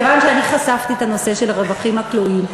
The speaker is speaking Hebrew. כיוון שאני חשפתי את הנושא של הרווחים הכלואים,